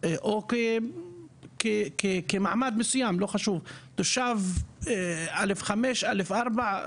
או כמעמד מסוים, לא חשוב, תושב א.5, א.4,